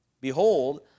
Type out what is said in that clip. Behold